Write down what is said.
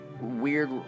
weird